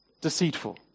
deceitful